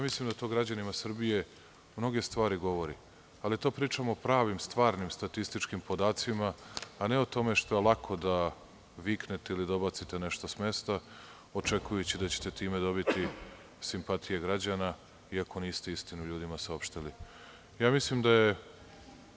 Mislim da to građanima Srbije mnoge stvari govori, ali to pričamo o pravim, stvarnim statističkim podacima, a ne o tome što je lako da viknete ili dobacite nešto s mesta, očekujući da ćete time dobiti simpatije građanna iako niste ljudima saopštili istinu.